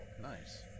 nice